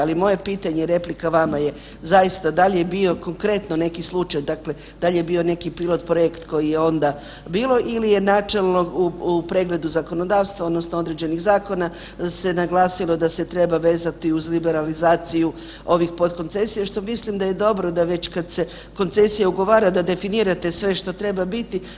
Ali moje pitanje, replika vama je, zaista da li je bio konkretno neki slučaj, dakle da li je bio neki pilot projekt koji je onda bilo ili je načelno u pregledu zakonodavstva odnosno određenih zakona se naglasilo da se treba vezati uz liberalizaciju ovih podkoncesija što mislim da je dobro da već kad se koncesija ugovara da definirate sve što treba biti.